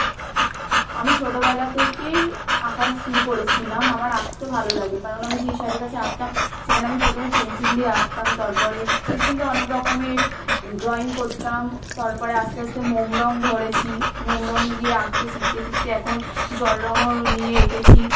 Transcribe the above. আমি ছোটবেলা থেকেই আঁকা শুরু করেছিলাম আমার আঁকতে ভালো লাগে কারণ আমি যে স্যারের কাছে আঁকতাম সেখানে আমি প্রথমে পেনসিল দিয়ে আঁকতাম তারপরে পেনসিল দিয়ে অনেক রকমের ড্রয়িং করতাম তারপরে আস্তে আস্তে মোম রঙ ধরেছি মোম রঙ দিয়ে আঁকতে শিখতে শিখতে এখন জল রঙও নিয়ে এঁকেছি